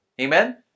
Amen